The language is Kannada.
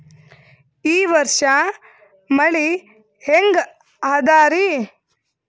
ಈ ವರ್ಷ ಮಳಿ ಹೆಂಗ ಅದಾರಿ?